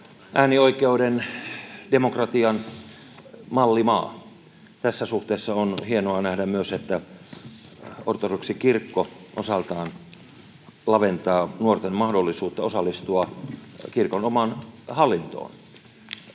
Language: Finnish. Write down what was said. äänioikeuden, demokra-tian mallimaa. Tässä suhteessa on hienoa nähdä myös, että ortodoksikirkko osaltaan laventaa nuorten mahdollisuutta osallistua kirkon omaan hallintoon.